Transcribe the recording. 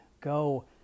go